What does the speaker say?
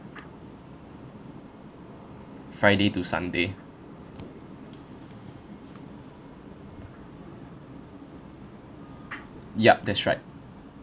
friday to sunday yup that's right